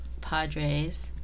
Padres